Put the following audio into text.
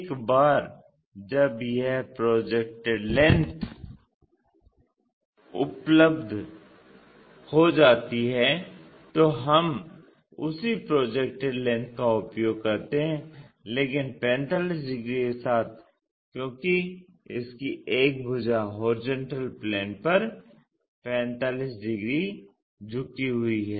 एक बार जब वह प्रोजेक्टेड लेंथ उपलब्ध हो जाती है तो हम उसी प्रोजेक्टेड लेंथ का उपयोग करते हैं लेकिन 45 डिग्री के साथ क्योंकि इसकी एक भुजा HP पर 45 डिग्री झुकी हुई